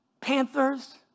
panthers